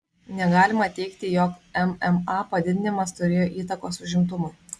negalima teigti jog mma padidinimas turėjo įtakos užimtumui